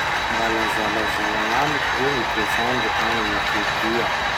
Mba lazalazao agnamiko hoe gny toetsandro agny Etiopia?